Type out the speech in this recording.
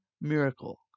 miracle